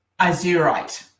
azurite